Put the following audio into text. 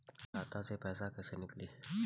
खाता से पैसा कैसे नीकली?